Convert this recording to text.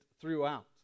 throughout